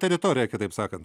teritoriją kitaip sakant